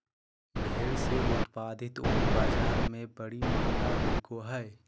भेड़ से उत्पादित ऊन बाज़ार में बड़ी महंगा बिको हइ